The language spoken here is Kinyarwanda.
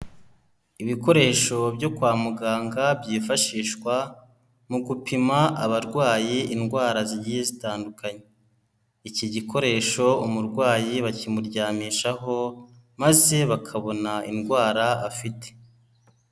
Ibikoresho byo kwa muganga byifashishwa mu gupima abarwayi indwara zigiye zitandukanye, iki gikoresho umurwayi bakimuryamishaho maze bakabona indwara afite.